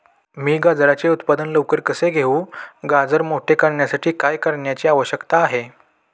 मी गाजराचे उत्पादन लवकर कसे घेऊ? गाजर मोठे करण्यासाठी काय करण्याची आवश्यकता आहे?